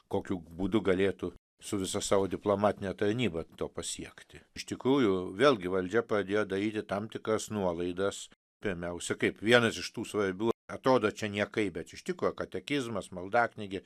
kokiu būdu galėtų su visa savo diplomatine tarnyba to pasiekti iš tikrųjų vėlgi valdžia pradėjo daryti tam tikras nuolaidas pirmiausia kaip vienas iš tų svarbių atrodo čia niekai bet iš tikro katekizmas maldaknygė